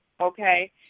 Okay